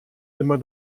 immer